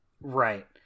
Right